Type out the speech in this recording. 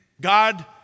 God